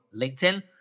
LinkedIn